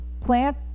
plant